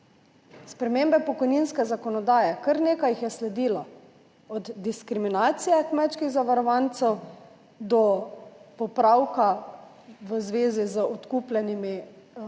Spremembe pokojninske zakonodaje, kar nekaj jih je sledilo, od diskriminacije kmečkih zavarovancev, do popravka v zvezi z odkupljeno dobo